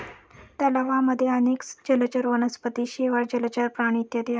तलावांमध्ये अनेक जलचर वनस्पती, शेवाळ, जलचर प्राणी इत्यादी आहेत